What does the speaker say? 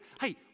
hey